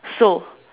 so